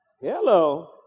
Hello